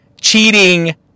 cheating